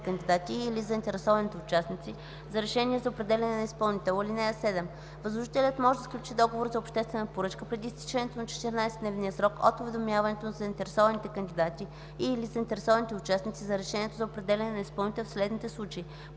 кандидати и/или заинтересованите участници за решението за определяне на изпълнител. (7) Възложителят може да сключи договор за обществена поръчка преди изтичането на 14-дневния срок от уведомяването на заинтересованите кандидати и/или заинтересованите участници за решението за определяне на изпълнител в следните случаи: